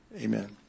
Amen